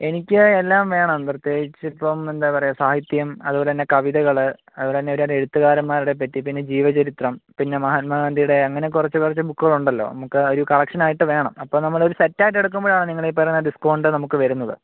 എനിക്ക് എല്ലാം വേണം പ്രത്യേകിച്ച് ഇപ്പം എന്താ പറയുക സാഹിത്യം അതുപോലെതന്നെ കവിതകൾ അതുപോലതന്നെ ഒരുപാട് എഴുത്തുകാരന്മാരെപ്പറ്റി പിന്നെ ജീവചരിത്രം പിന്നെ മഹാത്മാഗാന്ധിയുടെ അങ്ങനെ കുറച്ച് കുറച്ച് ബുക്കുകൾ ഉണ്ടല്ലോ നമുക്ക് ഒരു കളക്ഷൻ ആയിട്ട് വേണം അപ്പോൾ നമ്മളൊരു സെറ്റായിട്ട് എടുക്കുമ്പോഴാണ് നിങ്ങൾ ഈ പറയുന്ന ഡിസ്ക്കൗണ്ട് നമുക്ക് വരുന്നത്